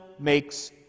makes